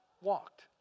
walked